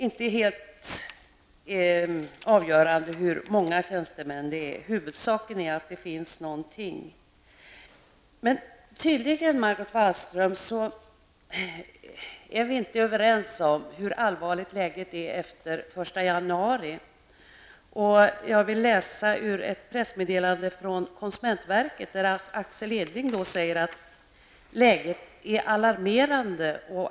Antalet tjänstemän är alltså inte avgörande. Huvudsaken är att det över huvud taget finns någon. Tydligen, Margot Wallström, är vi inte överens om hur allvarligt läget kommer att vara efter den 1 januari nästa år. Jag hänvisar till vad som sägs i ett pressmeddelande från konsumentverket. Axel Edling säger: Läget är alarmerande.